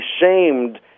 shamed